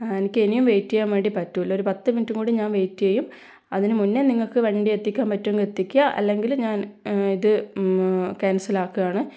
എനിക്കിനിയും വെയിറ്റ് ചെയ്യാൻ വേണ്ടി പറ്റില്ല ഒരു പത്ത് മിനിറ്റ് കൂടി ഞാൻ വെയിറ്റ് ചെയ്യും അതിനു മുന്നേ നിങ്ങൾക്ക് വണ്ടി എത്തിക്കാൻ പറ്റുമെങ്കിൽ എത്തിക്കുക അല്ലെങ്കിൽ ഞാൻ ഇത് ക്യാൻസലാക്കുക ആണ്